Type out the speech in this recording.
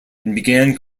began